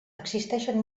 existeixen